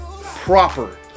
proper